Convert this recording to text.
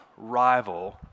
rival